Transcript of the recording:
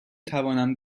توانم